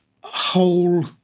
whole